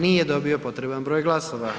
Nije dobio potreban broj glasova.